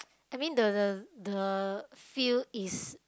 I mean the the the feel is